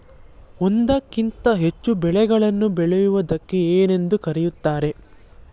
ಒಂದಕ್ಕಿಂತ ಹೆಚ್ಚು ಬೆಳೆಗಳನ್ನು ಬೆಳೆಯುವುದಕ್ಕೆ ಏನೆಂದು ಕರೆಯುತ್ತಾರೆ?